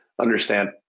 understand